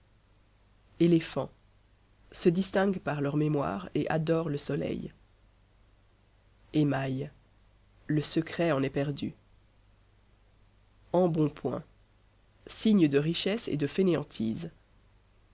éléphants se distinguent par leur mémoire et adorent le soleil émail le secret en est perdu embonpoint signe de richesse et de fainéantise